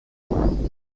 one